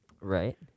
Right